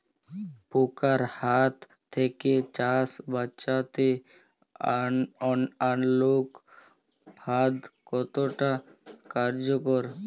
পোকার হাত থেকে চাষ বাচাতে আলোক ফাঁদ কতটা কার্যকর?